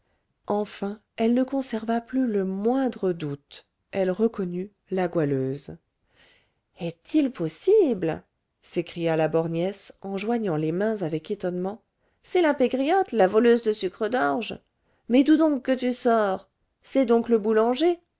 enfin elle ne conserva plus le moindre doute elle reconnut la goualeuse est-il possible s'écria la borgnesse en joignant les mains avec étonnement c'est la pégriotte la voleuse de sucres d'orge mais d'où donc que tu sors c'est donc le boulanger